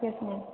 yes ma'am